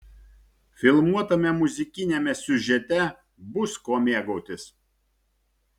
filmuotame muzikiniame siužete bus kuo mėgautis